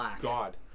God